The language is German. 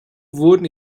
wurden